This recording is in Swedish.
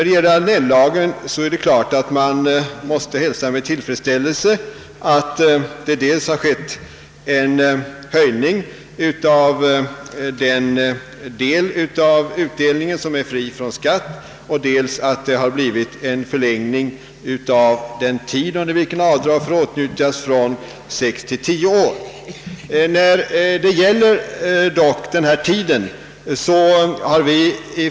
Beträffande Annell-lagen måste man hälsa med tillfredsställelse dels att det föreslås en höjning av den del av utdelningen som skall vara fri från skatt, dels att den tid under vilken avdrag får göras föreslås förlängd från 6 till 10 år.